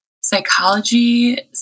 psychology